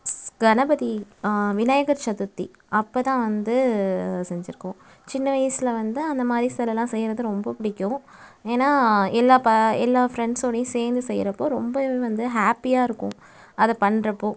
ஸ் கணபதி விநாயகர் சதுர்த்தி அப்போ தான் வந்து செஞ்சுருக்கோம் சின்ன வயதில் வந்து அந்த மாதிரி சிலைலாம் செய்கிறது ரொம்ப பிடிக்கும் ஏன்னா எல்லாம் ப எல்லாம் ஃப்ரெண்ட்ஸோடையும் சேர்ந்து செய்கிறப்போ ரொம்ப வந்து ஹேப்பியாக இருக்கும் அதப் பண்ணுறப்போ